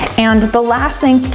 and the last thing,